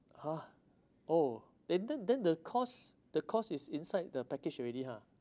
!huh! oh eh then then the cost the cost is inside the package already ha